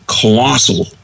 colossal